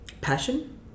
passion